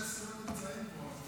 רק ראשי סיעות נמצאים פה.